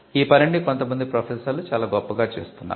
ఈ పనిని కొంత మంది ప్రొఫెసర్లు చాలా గొప్పగా చేస్తున్నారు